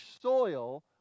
soil